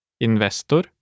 investor